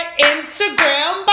Instagram